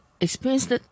experienced